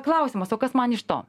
klausimas o kas man iš to